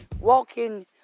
walking